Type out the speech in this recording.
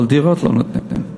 אבל דירות לא נותנים.